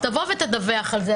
תבוא ותדווח על זה.